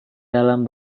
dalam